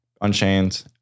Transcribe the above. Unchained